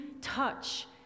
touch